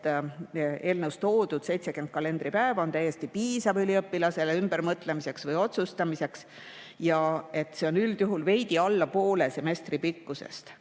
eelnõus toodud 70 kalendripäeva on täiesti piisav üliõpilasele ümbermõtlemiseks või otsustamiseks ja et see on üldjuhul veidi alla poole semestri pikkusest.